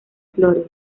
flores